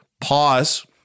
pause